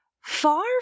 Far